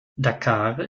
dakar